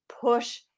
push